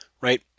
right